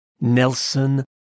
Nelson